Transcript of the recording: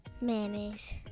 mayonnaise